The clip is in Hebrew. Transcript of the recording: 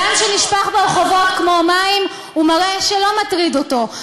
דם שנשפך ברחובות כמו מים הוא מראה שלא מטריד אותו,